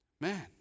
Man